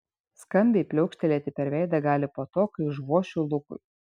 skambiai pliaukštelėti per veidą gali po to kai užvošiu lukui